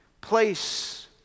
Place